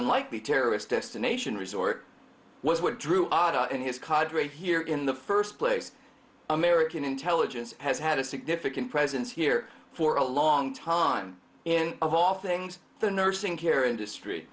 unlikely terrorist destination resort was what drew otto and his cod rate here in the first place american intelligence has had a significant presence here for a long time and of all things the nursing care industry